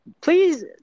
please